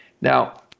now